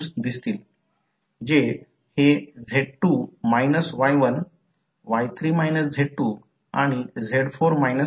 तर हे बाहेर येत आहे कारण हे ∅12 आहे आणि हे देखील यामधून बाहेर पडत आहे जेणेकरून हे असे हलते कारण हे ∅11 कॉइल 1 ला जोडत आहे आणि याचा काही भाग येथे येत आहे आणि कॉइलला जोडत आहे